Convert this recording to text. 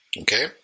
Okay